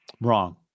Wrong